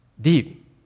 deep